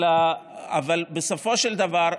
אבל בסופו של דבר,